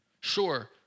Sure